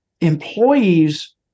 employees